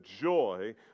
joy